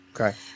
Okay